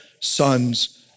sons